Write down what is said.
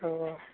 औ औ